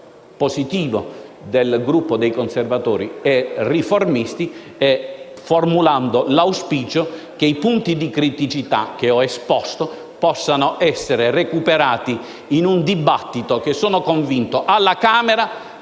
favorevole del Gruppo Conservatori e Riformisti, formulando l'auspicio che i punti di criticità, che ho esposto, possano essere recuperati in un dibattito che, sono convinto, alla Camera